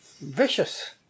vicious